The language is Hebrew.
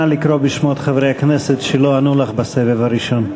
נא לקרוא בשמות חברי הכנסת שלא ענו לך בסבב הראשון.